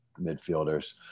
midfielders